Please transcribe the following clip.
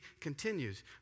continues